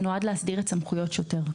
זה נועד להסדיר את סמכויות שוטר.